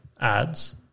ads